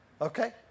okay